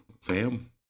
fam